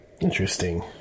Interesting